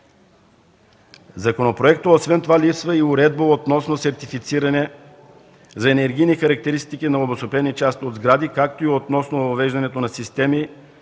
законопроекта липсва и уредба относно сертифициране за енергийни характеристики на обособени части от сгради, както и относно въвеждането на системи